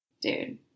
Dude